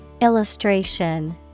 Illustration